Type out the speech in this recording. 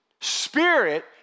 spirit